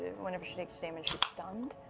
whenever she takes damage, she's stunned,